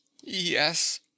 Yes